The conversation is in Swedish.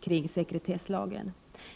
kring sekretesslagen.